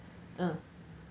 uh